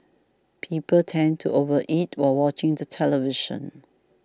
people tend to over eat while watching the television